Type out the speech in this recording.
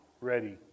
ready